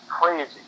crazy